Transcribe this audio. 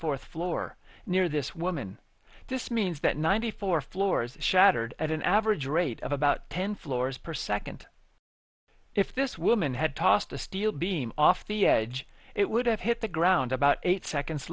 fourth floor near this woman this means that ninety four floors shattered at an average rate of about ten floors per second if this woman had tossed a steel beam off the edge it would have hit the ground about eight seconds